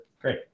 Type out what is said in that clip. great